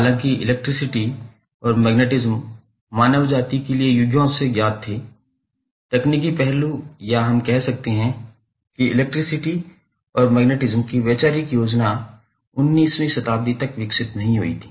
हालाँकि इलेक्ट्रिसिटी और मैग्नेटिज्म मानव जाति के लिए युगों से ज्ञात थे तकनीकी पहलू या हम कह सकते हैं कि इलेक्ट्रिसिटी और मैग्नेटिज्म की वैचारिक योजना 19 वीं शताब्दी तक विकसित नहीं हुई थी